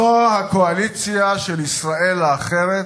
זו הקואליציה של ישראל האחרת,